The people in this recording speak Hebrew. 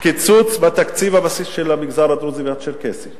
קיצוץ בתקציב הבסיס של המגזר הדרוזי והצ'רקסי,